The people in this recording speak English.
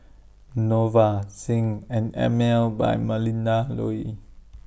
Nova Zinc and Emel By Melinda Looi